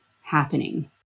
happening